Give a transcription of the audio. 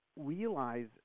Realize